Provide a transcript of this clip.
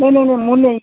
ନାଇଁ ନାଇଁ ନାଇଁ ମୁଁ ନେଇ